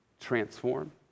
transform